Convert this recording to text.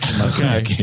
Okay